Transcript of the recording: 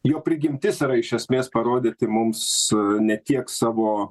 jo prigimtis yra iš esmės parodyti mums ne tiek savo